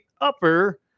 upper